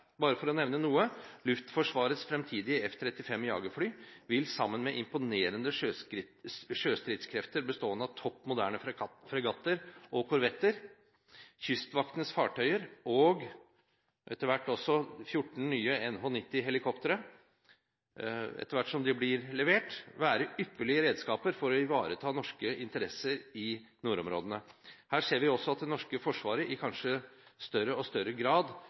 Bare for å nevne noe: Luftforsvarets fremtidige F-35 jagerfly vil sammen med imponerende sjøstridskrefter bestående av topp moderne fregatter og korvetter, Kystvaktens fartøyer og 14 nye NH90-helikoptre – etter hvert som de blir levert – være ypperlige redskaper for å ivareta norske interesser i nordområdene. Her ser vi også at det norske forsvaret i kanskje større og større grad